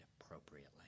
appropriately